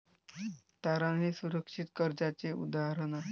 तारण हे सुरक्षित कर्जाचे उदाहरण आहे